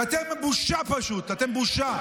כי אתם בושה פשוט, אתם בושה.